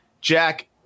Jack